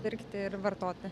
pirkti ir vartoti